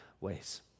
ways